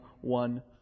one